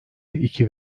iki